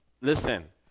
listen